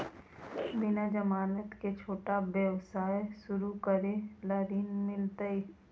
बिना जमानत के, छोटा व्यवसाय शुरू करे ला ऋण मिलतई?